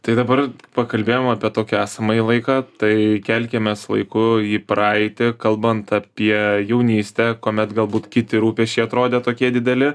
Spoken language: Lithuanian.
tai dabar pakalbėjom apie tokį esamąjį laiką tai kelkimės laiku į praeitį kalbant apie jaunystę kuomet galbūt kiti rūpesčiai atrodė tokie dideli